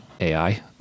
AI